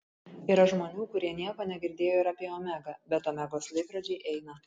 yra žmonių kurie nieko negirdėjo ir apie omegą bet omegos laikrodžiai eina